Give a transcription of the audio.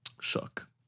Shook